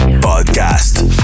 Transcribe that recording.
Podcast